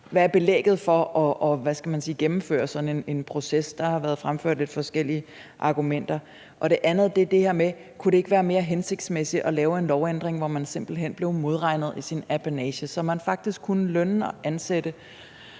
hvad er belægget for at gennemføre sådan en proces? Der har været fremført lidt forskellige argumenter. Det andet er det her med, om det ikke kunne være mere hensigtsmæssigt at lave en lovændring, så man simpelt hen blev modregnet i sin apanage, så vi faktisk kunne lønne og ansætte